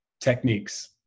techniques